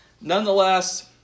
nonetheless